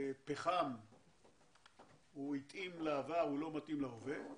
שפחם התאים לעבר, הוא לא מתאים להווה.